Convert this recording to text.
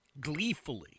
gleefully